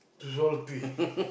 it's all twist